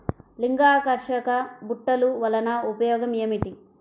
లింగాకర్షక బుట్టలు వలన ఉపయోగం ఏమిటి?